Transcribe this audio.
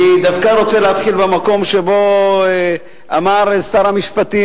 אני דווקא רוצה להתחיל במקום שבו אמר שר המשפטים,